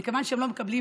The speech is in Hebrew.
מכיוון שהם לא מקבלים